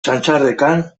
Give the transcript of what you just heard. txantxarrekan